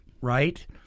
Right